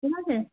ঠিক আছে